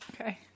Okay